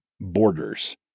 borders